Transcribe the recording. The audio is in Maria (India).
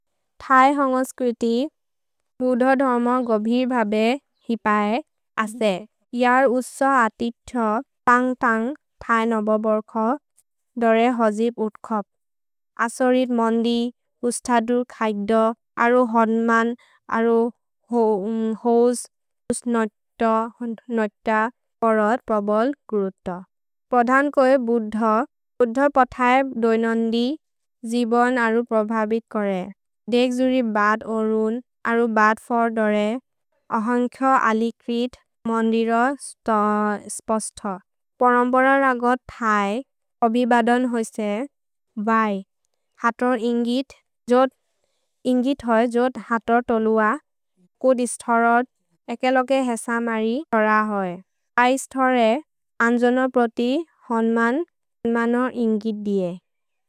Ṭहै हṅअस् क्ṛति, बुद्ध-धर्म गविर् भभे हि पये असे। इअर् उṣअ अतित्थ पṅक्-पṅक्, ṭहै नबबर्ख, दरे हजिप् उत्खप्। असरित् मन्दि, उṣṭहदुर् खज्द, अरो हन्मन्, अरो होज्, उṣनṭअ, हरद्, प्रबल्, गुरुत। प्रधन् कोए बुद्ध, बुद्ध पथये दोइनन्दि, जिबन् अरो प्रभबित् कोरे। देख् जुरि बत् ओरुन्, अरो बत् फर् दोरे, अहन्ख अलिक्रित्, मन्दिर स्पस्थ। परम्बर रगṭ, ṭहै, अबिबदन् होइस्ते बै। हतोर् इन्गित्, जोद् इन्गित् होये जोद् हतोर् तोलुअ, कुद् स्थरद्, एकेलोके हेसमरि स्थर होये। ऐ स्थरे अन्जनो प्रति हन्मन्, अन्मनोर् इन्गित् दिए।